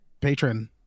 patron